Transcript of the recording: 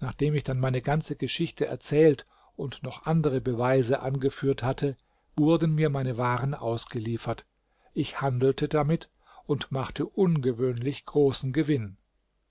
nachdem ich dann meine ganze geschichte erzählt und noch andere beweise angeführt hatte wurden mir meine waren ausgeliefert ich handelte damit und machte ungewöhnlich großen gewinn